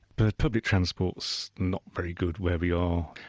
but public transport's not very good where we are.